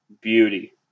beauty